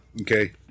Okay